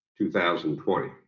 2020